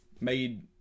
made